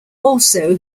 also